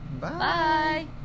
Bye